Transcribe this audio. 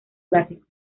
clásico